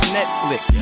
Netflix